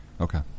Okay